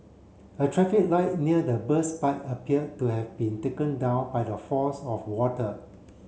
a traffic light near the burst pipe appear to have been taken down by the force of water